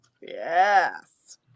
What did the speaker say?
Yes